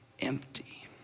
empty